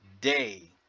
day